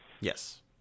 Yes